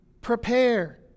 Prepare